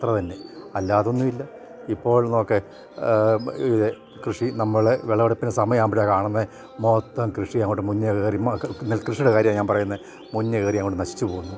അത്ര തന്നെ അല്ലാതൊന്നും ഇല്ല ഇപ്പോൾ നോക്കൂ ഇ കൃഷി നമ്മളെ വിളവിടുപ്പിനെ സമയാകുമ്പോൾ കാണുന്ന മൊത്തം കൃഷി അങ്ങോട്ട് മുന്നേ കയറി നെൽ കൃഷിയുടെ കാര്യമാണ് ഞാൻ പറയുന്നത് മുന്നേ കയറി അങ്ങോട്ട് നശിച്ചു പോകുന്നു